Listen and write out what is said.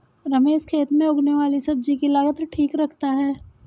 रमेश खेत में उगने वाली सब्जी की लागत ठीक रखता है